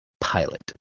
Pilot